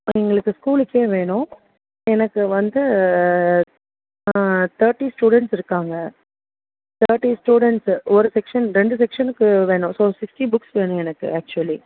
எங்களுக்கு ஸ்கூலுக்கே வேணும் எனக்கு வந்து தேர்ட்டி ஸ்டூடண்ட்ஸ் இருக்காங்க தேர்ட்டி ஸ்டூடண்ட்ஸு ஒரு செக்ஷன் ரெண்டு செக்ஷனுக்கு வேணும் ஸோ சிக்ஸ்ட்டி புக்ஸ் வேணும் எனக்கு ஆக்சுவலி